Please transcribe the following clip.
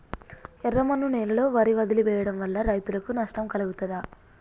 ఎర్రమన్ను నేలలో వరి వదిలివేయడం వల్ల రైతులకు నష్టం కలుగుతదా?